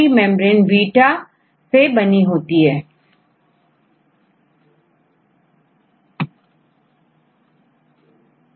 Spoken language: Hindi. बाहरी मेंब्रेन बीटा सीट से बनी होती हैयह बाहरी वातावरण और तेरी प्लाज्म के बीच में होती है